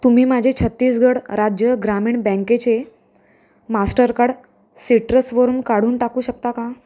तुम्ही माझे छत्तीसगड राज्य ग्रामीण बँकेचे मास्टरकार्ड सिट्रसवरून काढून टाकू शकता का